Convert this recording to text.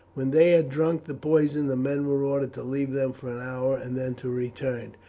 when they had drunk the poison the men were ordered to leave them for an hour and then to return.